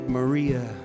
Maria